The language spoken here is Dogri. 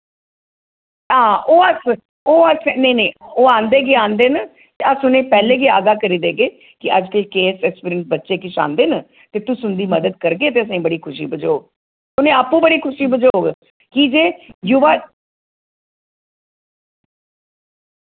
हां ओह् अस ओह् असें नेईं नेईं ओह् आंदे गै आंदे न ते अस उ'ने पैह्ले गै आगाह करी देगे कि अज कल्ल केएस एस्पिरेंट्स बच्चे किश आंदे न ते तुस उंदी मदद करगे ते असें बड़ी खुशी बझोग उ'नें अप्पू बड़ी खुशी बझोग कि जे युवा